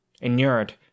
inured